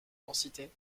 densité